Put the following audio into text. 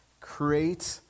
create